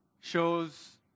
shows